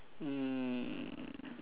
um